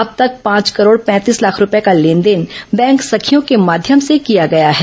अब तक पाँच करोड़ पैंतीस लाख रूपये का लेनदेन बैंक सखियों के माध्यम से किया गया है